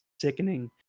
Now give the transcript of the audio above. sickening